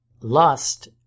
Lust